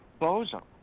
Bozo